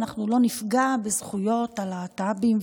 אנחנו לא נפגע בזכויות הלהט"בים,